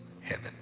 heaven